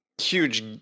huge